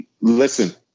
Listen